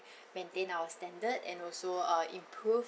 maintain our standard and also uh improve